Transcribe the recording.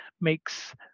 makes